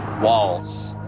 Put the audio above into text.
walls.